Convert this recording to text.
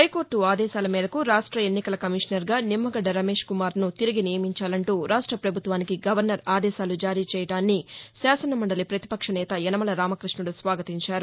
high court ఆదేశాల మేరకు రాష్ట ఎన్నికల కమిషనర్గా నిమ్మగడ్డ రమేశ్ కుమార్ను తిరిగి నియమించాలంటూ రాష్ట ప్రభుత్వానికి గవర్నర్ ఆదేశాలు జారీ చేయడాన్ని శాసన మండలి ప్రతిపక్షనేత యనమల రామకృష్ణుడు స్వాగతించారు